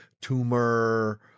tumor